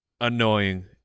annoying